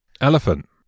Elephant